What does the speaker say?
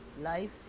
life